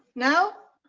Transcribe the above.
now,